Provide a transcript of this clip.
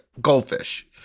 goldfish